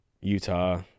Utah